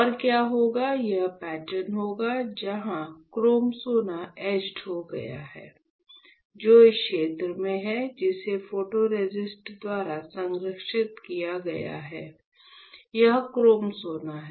और क्या होगा यह पैटर्न होगा जहां क्रोम सोना एचड हो गया है जो उस क्षेत्र में है जिसे फोटोरेसिस्ट द्वारा संरक्षित नहीं किया गया था यह क्रोम सोना है